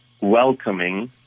welcoming